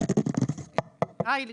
היי לכולם.